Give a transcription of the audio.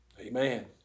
amen